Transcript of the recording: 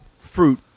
fruit